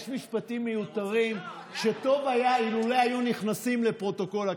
יש משפטים מיותרים שטוב היה אילולא היו נכנסים לפרוטוקול הכנסת,